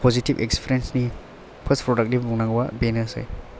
positive experience नि first प्रदाक नि बुंनांगौआ बेनोसै